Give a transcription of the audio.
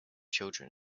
children